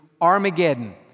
Armageddon